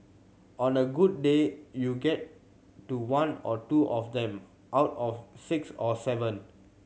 on a good day you get to one or two of them out of six or seven